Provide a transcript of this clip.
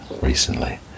recently